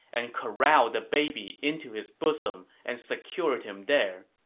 and corralled the baby into his bosom and secured him there.